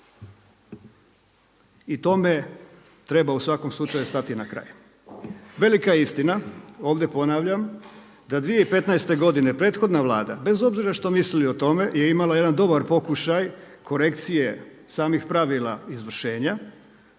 i tome treba u svakom slučaju stati na kraj. Velika je istina, ovdje ponavljam, da 2015. godine prethodna Vlada bez obzira što mislili o tome je imala jedan dobar pokušaj korekcije samih pravila izvršenja